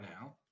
now